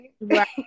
right